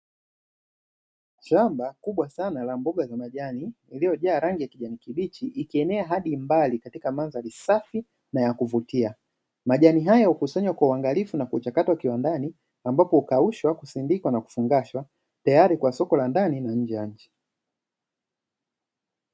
Shamba kubwa sana la mboga za majani iliyojaa rangi ya kijani kibichi, ikienea hadi mbali katika mandhari safi na ya kuvutia. Majani haya hukusanywa kwa uangalifu na kuchakatwa kiwandani, ambapo hukaushwa, kusindikwa na kufungashwa tayari kwa soko la ndani na nje ya nchi.